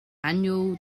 annual